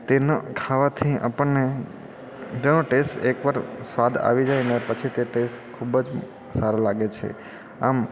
તેના ખાવાથી આપણને બધાનો ટેસ્ટ એક વાર સ્વાદ આવી જાય ને પછી તે ટેસ્ટ ખૂબ જ સારો લાગે છે આમ